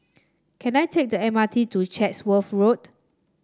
can I take the M R T to Chatsworth Road